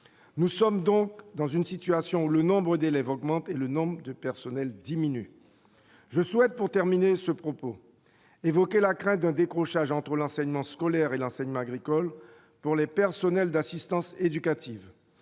nous sommes donc dans une situation où le nombre d'élèves augmente et le nombre de personnels diminue, je souhaite pour terminer ce propos évoquer la crainte d'un décrochage entre l'enseignement scolaire et l'enseignement agricole pour les personnels d'assistance éducative,